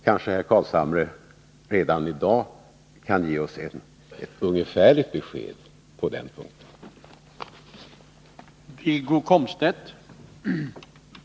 Herr Carlshamre kan kanske redan i dag ge oss ett ungefärligt besked på den punkten.